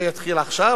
זה יתחיל עכשיו,